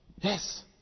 yes